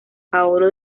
paolo